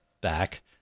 back